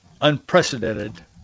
unprecedented